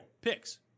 Picks